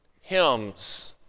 hymns